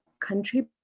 country